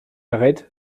arrête